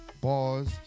bars